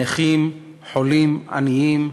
נכים, חולים, עניים,